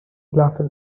glasses